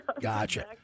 gotcha